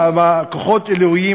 מה זה "מאתנו"?